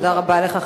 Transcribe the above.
תודה רבה לך,